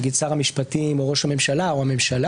נגיד שר המשפטים או ראש הממשלה או הממשלה,